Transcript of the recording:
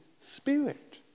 Spirit